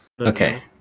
okay